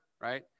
right